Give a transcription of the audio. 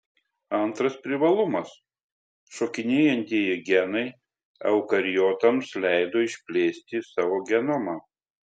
antras privalumas šokinėjantieji genai eukariotams leido išplėsti savo genomą